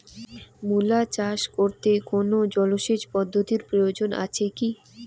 মূলা চাষ করতে কোনো জলসেচ পদ্ধতির প্রয়োজন আছে কী?